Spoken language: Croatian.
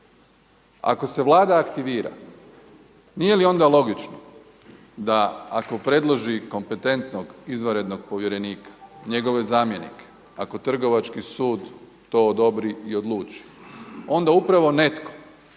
Ako se Vlada aktivira nije li onda logično da ako predloži kompetentnog izvanrednog povjerenika, njegove zamjenike, ako Trgovački sud to odobri i odluči onda upravo netko